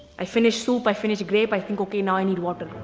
i finished soup, i finish grape, i think, okay, now i need water.